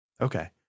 Okay